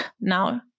now